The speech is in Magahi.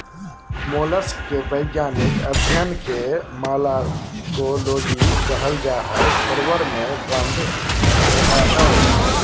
मोलस्क के वैज्ञानिक अध्यन के मालाकोलोजी कहल जा हई, प्रवर में बंद रहअ हई